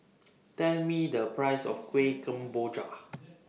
Tell Me The Price of Kueh Kemboja